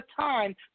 time